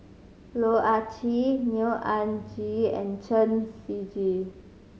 Loh Ah Chee Neo Anngee and Chen Siji